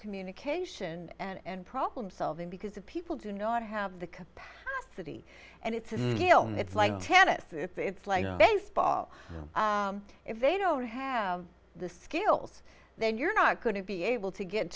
communication and problem solving because if people do not have the capacity and it's a film it's like tennis if it's like baseball if they don't have the skills then you're not going to be able to get